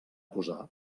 posar